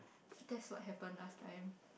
that's what happen last time